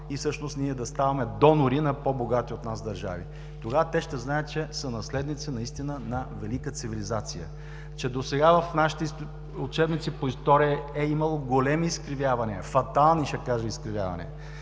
всъщност ние да ставаме донори на по-богати от нас държави. Тогава те ще знаят, че са наследници на велика цивилизация, че досега в нашите учебници по история е имало големи изкривявания, ще кажа, фатални изкривявания,